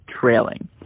trailing